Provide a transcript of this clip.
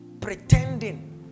Pretending